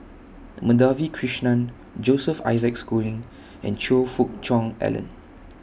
Madhavi Krishnan Joseph Isaac Schooling and Choe Fook Cheong Alan